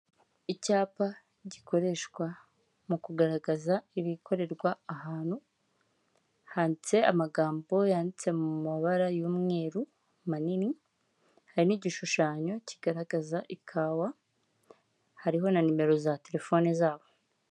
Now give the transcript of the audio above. Icyapa gikoreshwa mu kugaragaza ibikorerwa ahantu, handitse amagambo yanditse mu mabara y'umweru manini, hari n'igishushanyo kigaragaza ikawa, hariho na nimero za terefoni zabo.